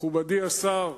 מכובדי השר,